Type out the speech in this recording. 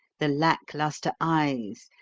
the lack-lustre eyes,